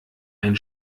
einen